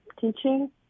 teaching